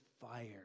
fire